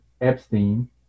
epstein